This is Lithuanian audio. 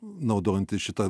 naudojantis šita